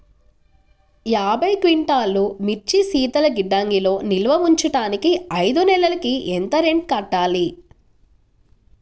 యాభై క్వింటాల్లు మిర్చి శీతల గిడ్డంగిలో నిల్వ ఉంచటానికి ఐదు నెలలకి ఎంత రెంట్ కట్టాలి?